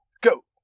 go